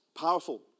Powerful